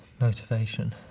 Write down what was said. motivation,